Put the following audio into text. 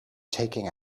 taking